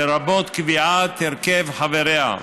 לרבות קביעת הרכב חבריהב.